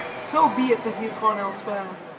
so be it that he has gone elsewhere.